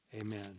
Amen